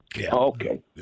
Okay